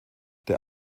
der